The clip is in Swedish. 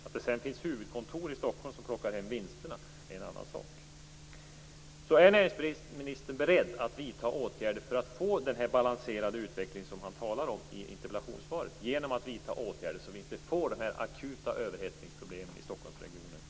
Att det sedan finns huvudkontor i Stockholm som plockar hem vinsterna är en annan sak. Är näringsministern beredd att nu vidta åtgärder för att få den balanserade utveckling som han talar om i interpellationssvaret, genom att vidta åtgärder som inte får akuta överhettningsproblem i Stockholmsregionen?